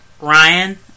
Ryan